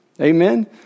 Amen